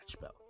Bell